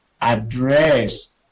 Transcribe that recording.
address